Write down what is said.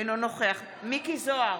אינו נוכח מכלוף מיקי זוהר,